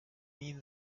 mean